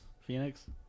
Phoenix